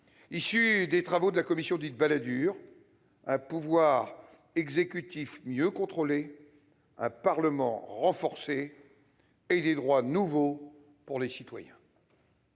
issue des travaux de la commission dite Balladur : un pouvoir exécutif mieux contrôlé, un Parlement renforcé et des droits nouveaux pour les citoyens.